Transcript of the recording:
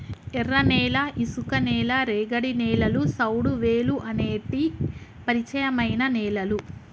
ఎర్రనేల, ఇసుక నేల, రేగడి నేలలు, సౌడువేలుఅనేటి పరిచయమైన నేలలు